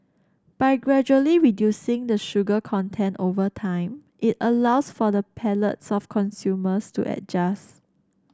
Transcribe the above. by gradually reducing the sugar content over time it allows for the palates of consumers to adjust